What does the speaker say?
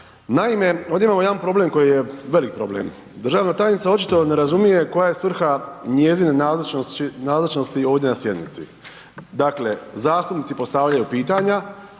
Naime, ovdje imamo jedan problem koji je velik problem. Državna tajnica očito ne razumije koja je svrha njezine nazočnosti ovdje na sjednici. Dakle, zastupnici postavljaju pitanja,